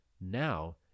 Now